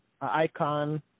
icon